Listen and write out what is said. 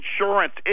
insurance